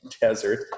desert